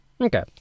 okay